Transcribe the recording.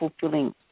fulfilling